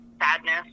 sadness